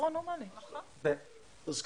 כן.